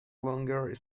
longer